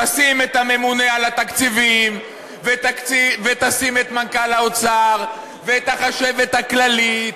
תשים את הממונה על התקציבים ותשים את מנכ"ל האוצר ואת החשבת הכללית,